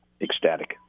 Ecstatic